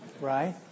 Right